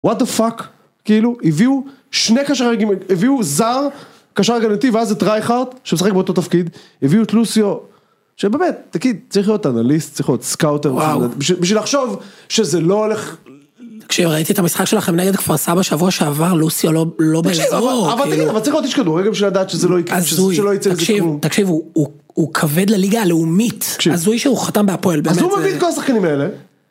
וואט אה פאק, כאילו, הביאו שני קשרי רגילים, הביאו זר, קשר רגילתי ואז זה טרייכארט, שמשחק באותו תפקיד, הביאו את לוסיו, שבאמת, תגיד, צריך להיות אנליסט, צריך להיות סקאוטר, בשביל לחשוב שזה לא הולך... תקשיב, ראיתי את המשחק שלכם נגד כפר סבא שבוע שעבר, לוסיו לא בא לזרור. אבל תגיד, אבל צריך להיות איש כדורגל בשביל לדעת שזה יקרה בשביל לדעת שזה לא ייצא לזיכרון. תקשיב, הוא כבד לליגה הלאומית, אז הוא איש שהוא חתם בהפועל. אז הוא מביא את כל השחקנים האלה.